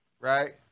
right